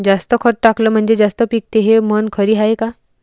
जास्त खत टाकलं म्हनजे जास्त पिकते हे म्हन खरी हाये का?